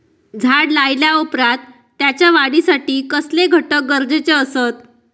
झाड लायल्या ओप्रात त्याच्या वाढीसाठी कसले घटक गरजेचे असत?